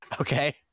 Okay